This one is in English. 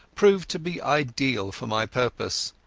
proved to be ideal for my purpose.